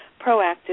proactive